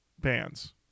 bands